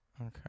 Okay